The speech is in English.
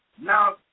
Now